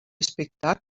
spectacle